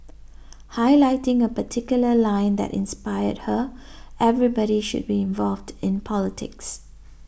highlighting a particular line that inspired her everybody should be involved in politics